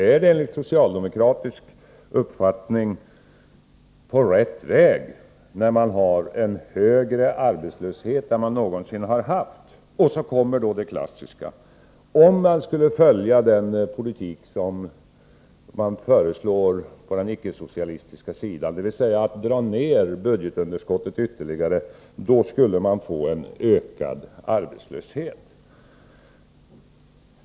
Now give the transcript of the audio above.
Är man enligt socialdemokratisk uppfattning på rätt väg, när man har en högre arbetslöshet än man någonsin haft? Så kommer då det klassiska: Om man skulle följa den politik som den icke-socialistiska sidan föreslår, dvs. att dra ned budgetunderskottet ytterligare, skulle man få en ökad arbetslöshet.